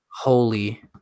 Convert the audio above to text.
Holy